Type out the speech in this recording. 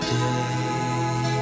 day